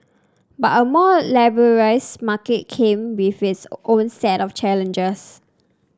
but a more liberalised market came with its own set of challenges